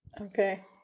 Okay